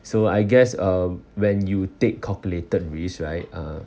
so I guess uh when you take calculated risk right uh